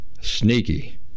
sneaky